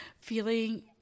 feeling